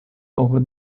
over